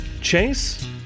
Chase